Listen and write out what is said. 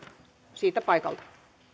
siitä paikalta